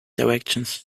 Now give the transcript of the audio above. directions